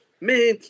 man